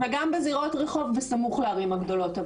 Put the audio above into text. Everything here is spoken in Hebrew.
וגם בזירות רחוב בסמוך לערים הגדולות.